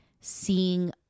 seeing